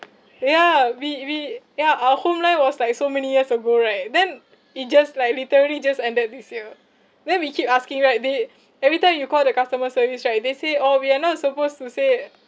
yeah we we ya our home line was like so many years ago right then it just like literally just ended this year then we keep asking right they every time you call the customer service right they say oh we are not supposed to say